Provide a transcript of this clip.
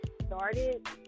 started